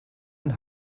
und